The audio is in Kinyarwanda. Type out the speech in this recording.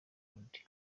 ukundi